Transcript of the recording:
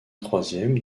troisième